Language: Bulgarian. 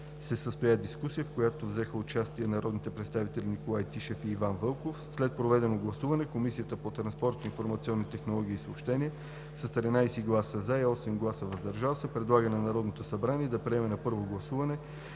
състоя дискусия, в която взеха участие народните представители Николай Тишев и Иван Вълков. След проведеното гласуване Комисията по транспорт, информационни технологии и съобщения с 13 гласа „за“ и 8 гласа „въздържал се“ предлага на Народното събрание да приеме на първо гласуване